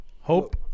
Hope